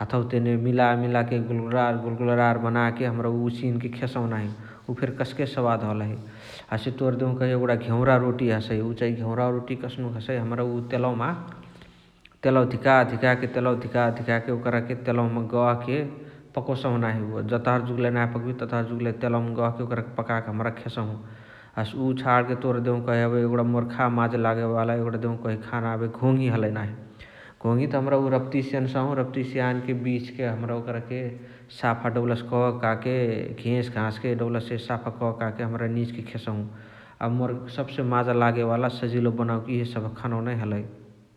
हथवा तेने मिला मिलाके गोलगोलरार गोलगोलरार बनाके हमरा उसिने खेसहु नाही । उ फेरी कस्के सवाद हलही नाही । हसे तोर देहु कही एगुणा घेउरा रोटी हसइ उअ चाही घेउरा रोतिय कस्नुक हसइ हमरा उअ तेलवोमा तेलवा धिका धिकके ओकरके तेलवमा गहके पकोसौ नाही । उअ जतहर जुगलइ नाही पकबिय ततहर जुग तेलवमा गहके ओकरके पकके हमरा खेसहु । हसे उअ छाणके तोर देउकही एबे एगुणा मोर ख माजा लागेवाल एगुणा देउकही खाना एबे घोङ्ही हलइ नाही । घोङ्ही त हमरा उ रपतिसे एन्साहु । रपतिसे यान्के बिछके हमरा वोकरके साफा डौलसे ककाके घेस घासके डौलसे साफा ककाके हमरा निझके खेसहु । अब मोर सब्से माजा लागेवाला सजिलो बनवोके इए सबह खानवा नै हलइ ।